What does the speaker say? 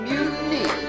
Mutiny